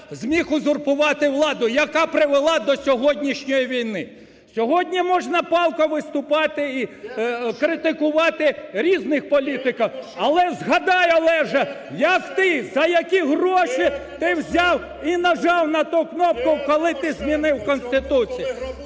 зміг узурпувати владу, яка привела до сьогоднішньої війни. Сьогодні можна палко виступати і критикувати різних політиків. Але згадай, Олеже, як ти, за які гроші ти взяв і нажав на ту кнопку, коли ти змінив Конституцію.